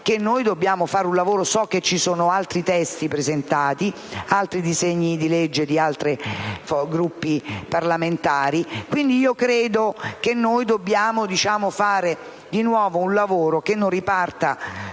so che sono stati presentati altri disegni di legge di altri Gruppi parlamentari, quindi credo che noi dobbiamo fare di nuovo un lavoro che non dia